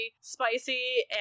spicy